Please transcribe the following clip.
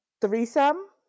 threesome